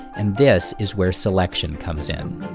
and this is where selection comes in.